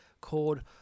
called